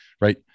right